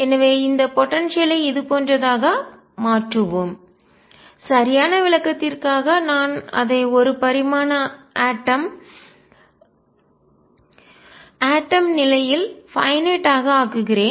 எனவே இந்த போடன்சியல் ஐ ஆற்றல் இதுபோன்றதாக மாற்றுவோம் சரியான விளக்கத்திற்காக நான் அதை ஒரு பரிமாண அட்டம் அணுவின் நிலையில் பைன்நட் வரையறுக்கப்பட்டதாக ஆக ஆக்குகிறேன்